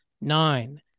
nine